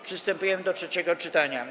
Przystępujemy do trzeciego czytania.